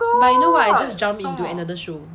but you know what I just jump into another show